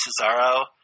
Cesaro